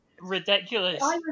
ridiculous